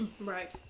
Right